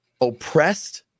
oppressed